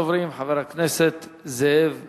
ראשון הדוברים, חבר הכנסת זאב בילסקי.